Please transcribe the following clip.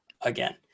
again